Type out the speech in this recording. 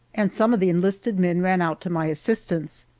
and some of the enlisted men ran out to my assistance.